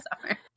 summer